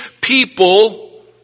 people